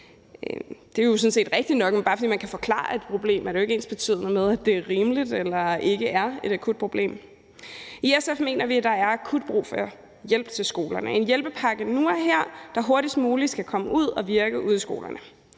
Det er sådan set rigtigt nok, men bare fordi man kan forklare et problem, er det jo ikke ensbetydende med, at det er rimeligt, eller at det ikke er et akut problem. I SF mener vi, at der er akut brug for hjælp til skolerne – en hjælpepakke nu og her, der hurtigst muligt skal komme ud at virke ude i skolerne.